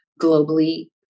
globally